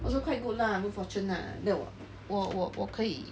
also quite good lah good fortune lah that 我我我我可以